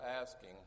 asking